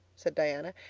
said diana.